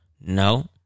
No